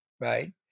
right